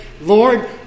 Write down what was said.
Lord